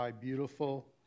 beautiful